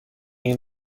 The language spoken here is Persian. این